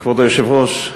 כבוד היושב-ראש,